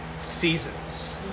seasons